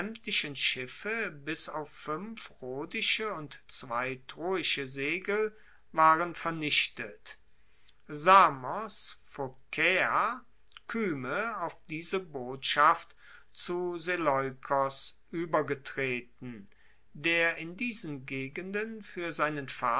schiffe bis auf fuenf rhodische und zwei troische segel waren vernichtet samos phokaea kyme auf diese botschaft zu seleukos uebergetreten der in diesen gegenden fuer seinen